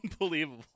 unbelievable